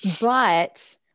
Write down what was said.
but-